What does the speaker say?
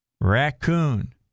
raccoon